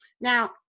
Now